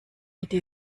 idee